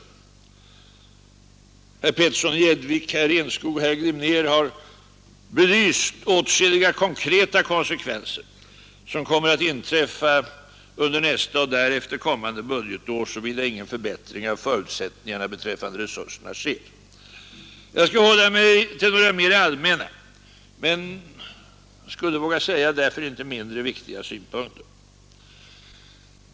Herrar Petersson i Gäddvik, Enskog och Glimnér har belyst åtskilliga konkreta konsekvenser som kommer att inträffa under nästa och därefter kommande budgetår, såvida ingen förbättring av förutsättningarna beträffande resurserna sker. Jag skall hålla mig till några mer allmänna men — vågar jag säga — därför inte mindre viktiga synpunkter.